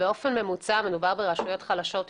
באופן ממוצע מדובר ברשויות חלשות יותר.